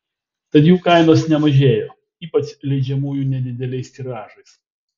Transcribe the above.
tad jų kainos nemažėjo ypač leidžiamųjų nedideliais tiražais